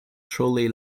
trolley